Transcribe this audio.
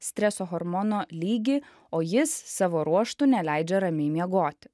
streso hormono lygį o jis savo ruožtu neleidžia ramiai miegoti